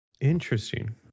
Interesting